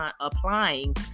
applying